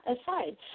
aside